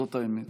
זאת האמת.